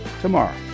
tomorrow